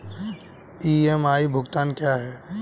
EMI भुगतान क्या है?